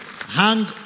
hang